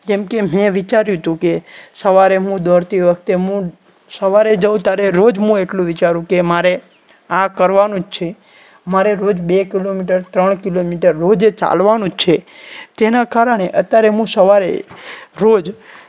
જેમ કે મેં વિચાર્યું હતું કે સવારે હું દોડતી વખતે હું સવારે જવું તારે રોજ હું એટલું વિચારું કે મારે આ કરવાનું જ છે મારે રોજ બે કિલોમીટર ત્રણ કિલોમીટર રોજ ચાલવાનું છે તેના કારણે અત્યારે હું સવારે રોજ